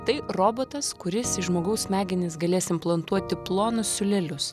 tai robotas kuris į žmogaus smegenis galės implantuoti plonus siūlelius